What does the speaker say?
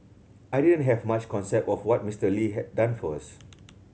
I didn't have much concept of what Mister Lee had done for us